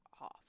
off